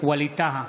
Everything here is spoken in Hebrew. ווליד טאהא,